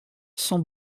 son